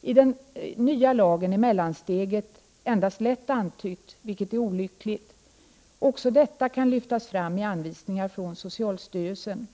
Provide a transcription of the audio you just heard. I den nya lagen är mellansteget endast lätt antytt, vilket är olyckligt. Också detta kan lyftas fram i anvisningar från socialstyrelsen.